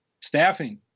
staffing